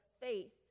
faith